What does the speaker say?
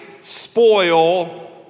spoil